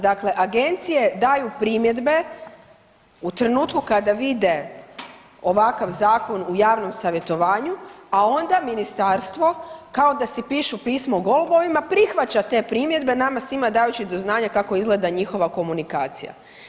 Dakle, agencije daju primjedbe u trenutku kada vide ovakav zakon u javnom savjetovanju, a onda ministarstvo kao da si pišu pismo golubovima, prihvaća te primjedbe nama svima dajući do znanja kako izgleda njihova komunikacija.